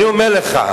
אני אומר לך.